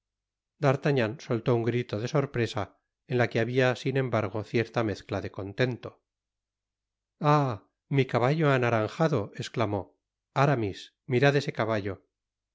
d'artagnan soltó un grito de sorpresa en la que habia sin embargo cierta mezcla de contenio ay mi caballo naranjado esclamó aramis mirad ese caballo